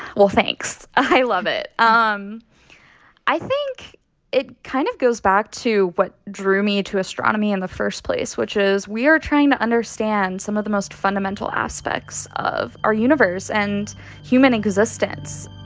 well, thanks. ah i love it. um i think it kind of goes back to what drew me to astronomy in the first place, which is we are trying to understand some of the most fundamental aspects of our universe and human existence.